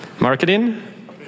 Marketing